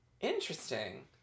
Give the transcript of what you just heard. Interesting